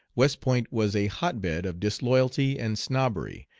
west point was a hotbed of disloyalty and snobbery,